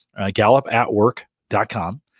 gallupatwork.com